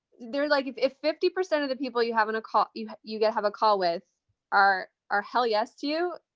they're like, if if fifty percent of the people you have in a call, you you gotta have a call with our are hell yes to you.